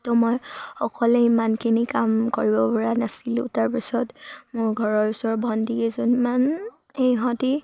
ত' মই অকলে ইমানখিনি কাম কৰিব পৰা নাছিলোঁ তাৰপিছত মোৰ ঘৰৰ ওচৰৰ ভণ্টি কেইজনীমান সিহঁতে